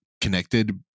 connected